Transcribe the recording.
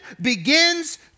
begins